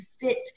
fit